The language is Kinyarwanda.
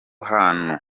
hantu